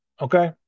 Okay